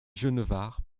genevard